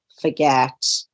forget